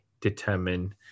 determine